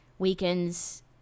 weakens